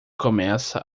começa